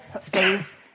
face